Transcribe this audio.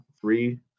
three